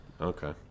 okay